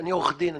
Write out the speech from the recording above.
אני עורך דין,